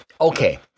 okay